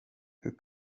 hur